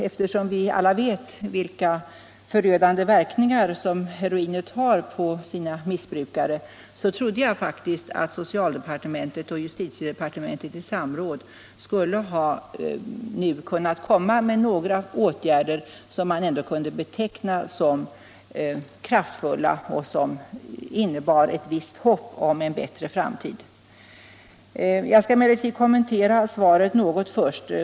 Eftersom vi alla vet vilka förödande verkningar heroinet har på missbrukarna så trodde jag faktiskt att socialdepartementet och justitiedepartementet I samråd nu skulle kunnat komma med några åtgärder som man kunde beteckna som kraftfulla och som innebar ett visst hopp om en bättre framtid. Jag skall emellertid först kommentera svaret något.